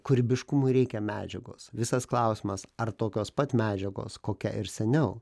kūrybiškumui reikia medžiagos visas klausimas ar tokios pat medžiagos kokia ir seniau